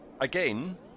again